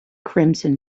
crimson